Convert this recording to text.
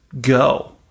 go